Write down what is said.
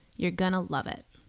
you're going to love it.